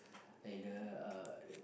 in the uh